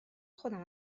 خودم